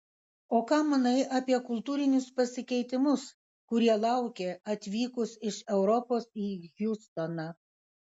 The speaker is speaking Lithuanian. o ką manai apie kultūrinius pasikeitimus kurie laukė atvykus iš europos į hjustoną